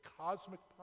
cosmic